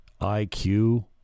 IQ